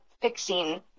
fixing